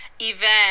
Event